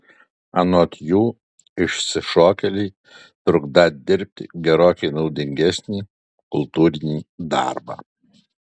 anot jų išsišokėliai trukdą dirbti gerokai naudingesnį kultūrinį darbą